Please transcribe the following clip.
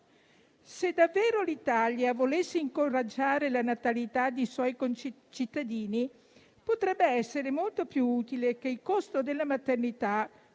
Se davvero l'Italia volesse incoraggiare la natalità di suoi concittadini, potrebbe essere molto più utile che il costo della maternità fosse